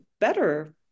better